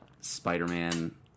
Spider-Man